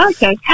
Okay